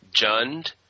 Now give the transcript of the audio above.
Jund